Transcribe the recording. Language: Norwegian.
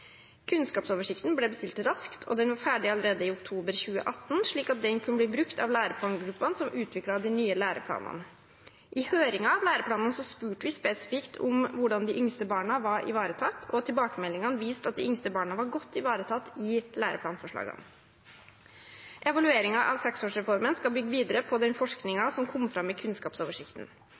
Kunnskapsoversikten ble bestilt raskt, og den var ferdig allerede i oktober 2018, slik at den kunne bli brukt av læreplangruppene som utviklet de nye læreplanene. I høringen av læreplanene spurte vi spesifikt om hvordan de yngste barna var ivaretatt, og tilbakemeldingene viste at de yngste barna var godt ivaretatt i læreplanforslagene. Evalueringen av seksårsreformen skal bygge videre på den forskningen som kom fram i kunnskapsoversikten.